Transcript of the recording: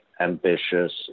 ambitious